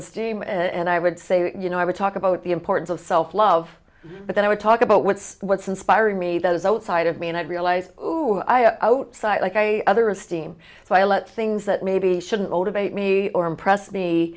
esteem and i would say you know i would talk about the importance of self love but then i would talk about what's what's inspiring me that is outside of me and i realize who i outside like i other esteem so i let things that maybe shouldn't motivate me or impress me